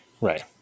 right